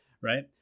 Right